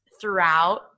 throughout